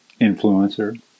influencer